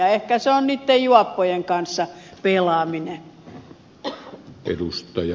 ehkä se on niitten juoppojen kanssa pelaaminen